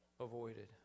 avoided